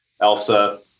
elsa